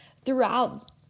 throughout